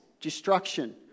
destruction